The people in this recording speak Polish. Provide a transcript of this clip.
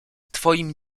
twoim